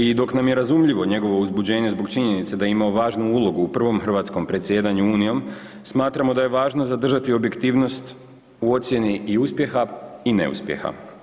I dok nam je razumljivo njegovo uzbuđenje zbog činjenice da je imao važnu ulogu u prvom hrvatskom predsjedanju Unijom smatramo da je važno zadržati objektivnost u ocjeni i uspjeha i neuspjeha.